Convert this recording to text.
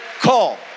call